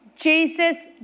Jesus